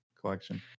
collection